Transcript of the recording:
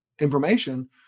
information